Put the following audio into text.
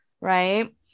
right